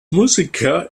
musiker